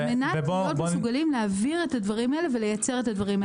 על מנת להיות מסוגלים להבהיר את הדברים האלה ולייצר את הדברים האלה.